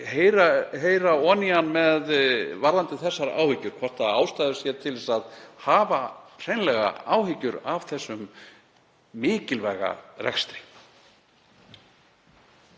heyra ofan í hann varðandi þessar áhyggjur, hvort ástæða sé til að hafa hreinlega áhyggjur af þessum mikilvæga rekstri.